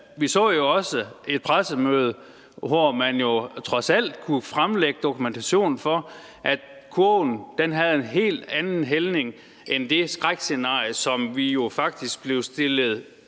vi så jo også et pressemøde, hvor man trods alt kunne fremlægge dokumentation for, at kurven havde en helt anden hældning end det skrækscenarie, som vi jo faktisk blev stillet